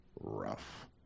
rough